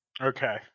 okay